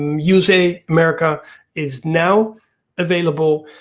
usa, america is now available,